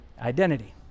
identity